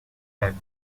and